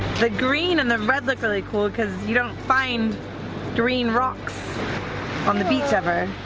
the green and the red look really cool because you don't find green rocks on the beach, ever!